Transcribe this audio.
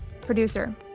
producer